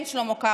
כן, שלמה קרעי,